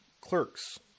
clerks